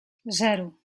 zero